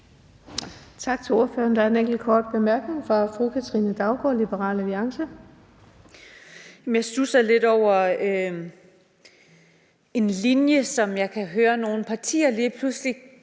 Tak til ordføreren. Der er en enkelt kort bemærkning fra fru Katrine Daugaard, Liberal Alliance. Kl. 13:02 Katrine Daugaard (LA): Jeg studser lidt over en linje, som jeg kan høre nogle partier lige pludselig